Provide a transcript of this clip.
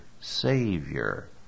Savior